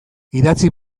idatzi